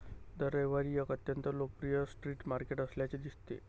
दर रविवारी एक अत्यंत लोकप्रिय स्ट्रीट मार्केट असल्याचे दिसते